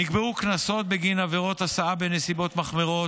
נקבעו קנסות בגין עבירות הסעה בנסיבות מחמירות,